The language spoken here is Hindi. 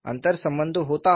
अंतर्संबंध होता है